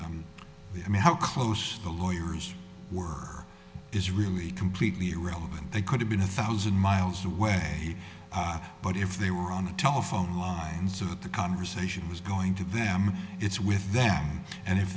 as i mean how close the lawyers were is really completely irrelevant they could have been a thousand miles away but if they were on the telephone lines of the conversation was going to them it's with them and if